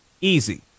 Easy